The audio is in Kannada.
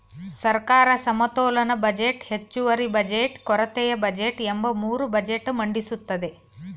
ಸರ್ಕಾರ ಸಮತೋಲನ ಬಜೆಟ್, ಹೆಚ್ಚುವರಿ ಬಜೆಟ್, ಕೊರತೆಯ ಬಜೆಟ್ ಎಂಬ ಮೂರು ಬಜೆಟ್ ಮಂಡಿಸುತ್ತದೆ